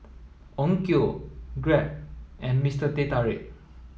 Onkyo Grab and Mister Teh Tarik